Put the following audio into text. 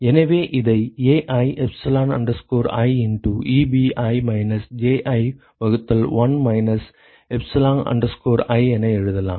எனவே இதை Ai epsilon i into Ebi minus Ji வகுத்தல் 1 மைனஸ் epsilon i என எழுதலாம்